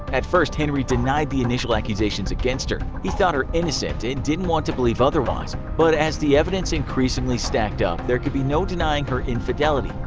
at first, henry denied the initial accusations against her. he thought her innocent and didn't want to believe otherwise. but as the evidence increasingly stacked up, there could be no denying her infidelity.